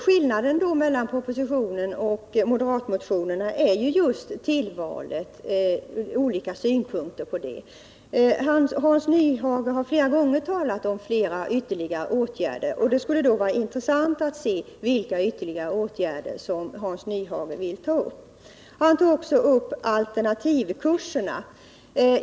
Skillnaden mellan propositionen och moderatmotionerna är just att man anlägger olika synpunkter på tillvalet. Hans Nyhage har flera gånger talat om ytterligare åtgärder. Det skulle vara intressant att få veta vilka dessa ytterligare åtgärder är. Hans Nyhage tog vidare upp frågan om alternativkurserna.